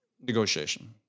negotiation